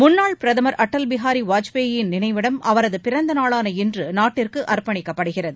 முன்னாள் பிரதமர் அடல் பிகாரி வாஜ்பேயின் நினைவிடம் அவரது பிறந்த நாளான இன்று நாட்டிற்கு அர்ப்பணிக்கப்படுகிறது